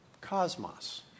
cosmos